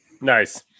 Nice